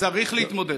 צריך להתמודד.